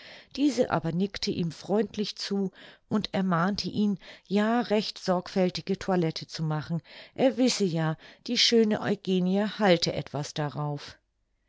diese aber nickte ihm freundlich zu und ermahnte ihn ja recht sorgfältige toilette zu machen er wisse ja die schöne eugenie halte etwas darauf